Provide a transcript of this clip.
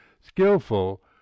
skillful